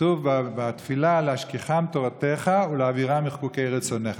כתוב בתפילה "להשכיחם תורתך ולהעבירם מחוקי רצונך".